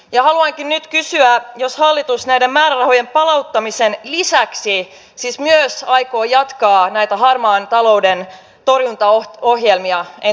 haluankin nyt kysyä aikooko hallitus näiden määrärahojen palauttamisen lisäksi siis myös jatkaa näitä harmaan talouden torjuntaohjelmia entiseen tapaan